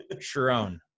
Sharon